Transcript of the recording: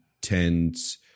tends